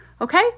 Okay